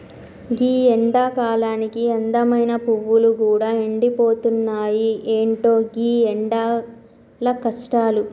గీ ఎండకాలానికి అందమైన పువ్వులు గూడా ఎండిపోతున్నాయి, ఎంటో గీ ఎండల కష్టాలు